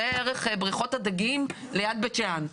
ראה ערך בריכות הדגים ליד בית שאן.